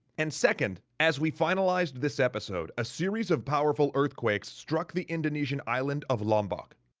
and second, as we finalized this episode, a series of powerful earthquakes struck the indonesian island of lombok.